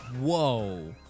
Whoa